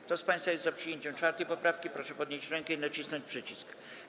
Kto z państwa jest za przyjęciem 4. poprawki, proszę podnieść rękę i nacisnąć przycisk.